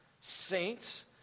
Saints